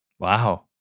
Wow